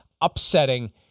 upsetting